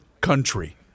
country